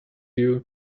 you